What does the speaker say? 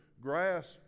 grasp